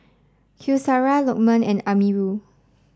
Qaisara Lokman and Amirul